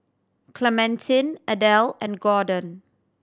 Clementine Adel and Gordon